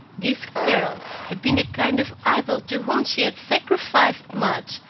this girl had been a kind of idol to whom she had sacrificed much,